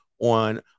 on